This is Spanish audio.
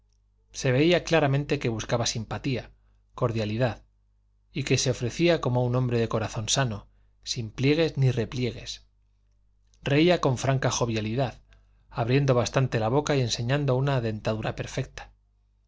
se veía claramente que buscaba simpatía cordialidad y que se ofrecía como un hombre de corazón sano sin pliegues ni repliegues reía con franca jovialidad abriendo bastante la boca y enseñando una dentadura perfecta